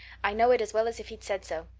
i know it as well as if he'd said so.